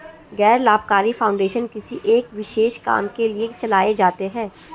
गैर लाभकारी फाउंडेशन किसी एक विशेष काम के लिए चलाए जाते हैं